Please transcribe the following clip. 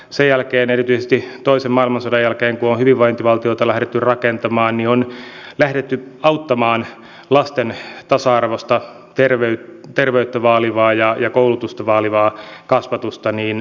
sen jälkeen erityisesti toisen maailmansodan jälkeen kun on hyvinvointivaltiota lähdetty rakentamaan on lähdetty auttamaan lasten tasa arvoista terveyttä ja koulutusta vaalivaa kasvatusta hyvin määrätietoisesti